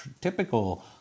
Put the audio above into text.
typical